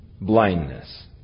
Blindness